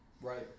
Right